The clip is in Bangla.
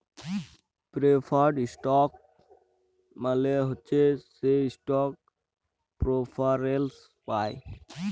প্রেফার্ড ইস্টক মালে হছে সে ইস্টক প্রেফারেল্স পায়